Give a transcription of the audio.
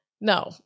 No